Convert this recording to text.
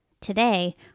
Today